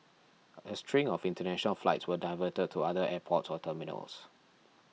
a string of international flights were diverted to other airports or terminals